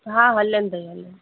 हा हलंदई हल